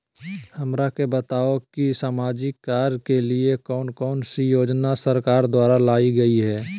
हमरा के बताओ कि सामाजिक कार्य के लिए कौन कौन सी योजना सरकार द्वारा लाई गई है?